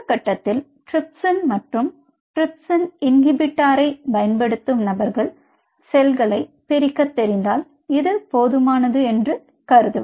இந்த கட்டத்தில் ட்ரிப்சின் மற்றும் டிரிப்சின் இன்ஹிபிட்டரைப் பயன்படுத்தும் நபர்கள் செல்களைப் பிரிக்கத் தெரிந்தால் இது போதுமானது என்று கருதுவர்